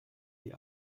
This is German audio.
die